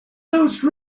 those